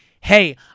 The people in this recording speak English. hey